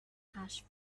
hash